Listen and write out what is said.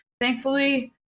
thankfully